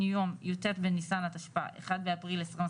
יום י"ט ניסן התשפ"א 1 באפריל 2021,